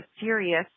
serious